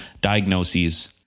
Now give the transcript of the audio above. diagnoses